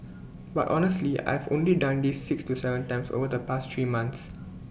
but honestly I've only done this six to Seven times over the past three months